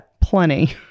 plenty